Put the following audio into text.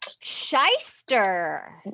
shyster